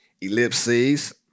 Ellipses